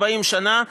40 שנה,